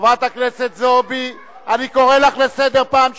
חברת הכנסת זועבי, אני קורא לך לסדר פעם שנייה.